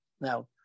now